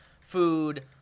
food